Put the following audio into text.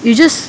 you just